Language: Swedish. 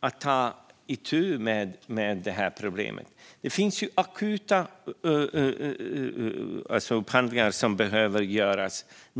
att ta itu med detta problem. Ibland behöver akuta upphandlingar göras.